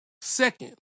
Second